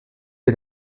est